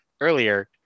earlier